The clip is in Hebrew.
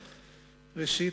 ראשית,